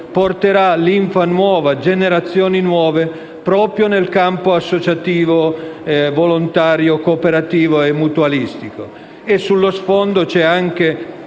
porterà linfa nuova, generazioni nuove proprio nel campo associativo, volontario, cooperativo e mutualistico. Sullo sfondo c'è anche